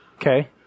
Okay